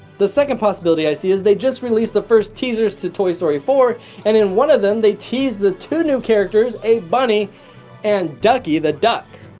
the second possibility i see is they just released the first teasers to toy story four and in one of them they tease the two new characters a bunny and ducky the duck.